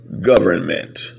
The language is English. government